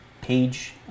page